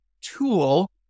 tool